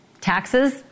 Taxes